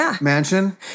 mansion